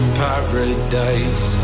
paradise